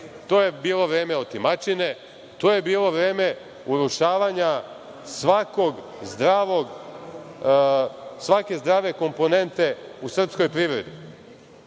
to je bilo vreme otimačine, to je bilo vreme urušavanja svake zdrave komponente u srpskoj privredi. Mesecima